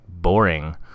boring